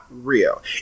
Real